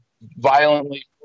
violently